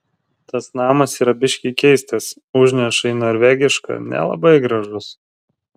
tas namas yra biški keistas užneša į norvegišką nelabai gražus